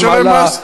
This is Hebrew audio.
תשלם מס,